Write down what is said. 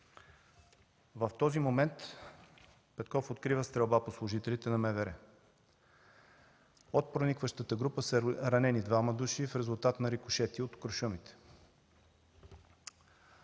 В този момент Петков открива стрелба по служителите на МВР. От проникващата група са ранени двама души в резултат на рикошети от куршумите.